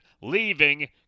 leaving